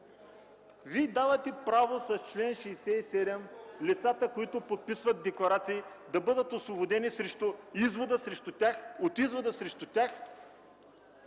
Вие давате право лицата, които подписват декларации, да бъдат освободени от извода срещу тях,